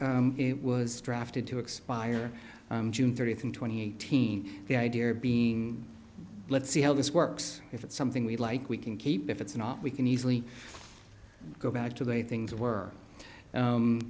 was drafted to expire june thirtieth and twenty eighteen the idea being let's see how this works if it's something we like we can keep if it's not we can easily go back to the way things were